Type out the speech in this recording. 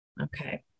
Okay